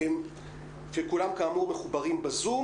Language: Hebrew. שכולם כאמור מחוברים ב-zoom,